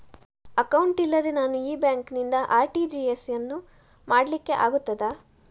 Account ಇಲ್ಲದೆ ನಾನು ಈ ಬ್ಯಾಂಕ್ ನಿಂದ ಆರ್.ಟಿ.ಜಿ.ಎಸ್ ಯನ್ನು ಮಾಡ್ಲಿಕೆ ಆಗುತ್ತದ?